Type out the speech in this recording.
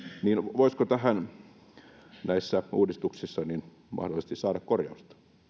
voisiko tähän näissä uudistuksissa mahdollisesti saada korjausta